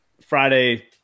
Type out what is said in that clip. Friday